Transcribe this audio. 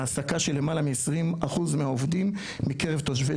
העסקה של למעלה מ 20% מהעובדים מקרב תושבי